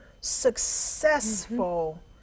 successful